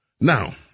Now